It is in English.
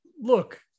look